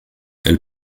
elle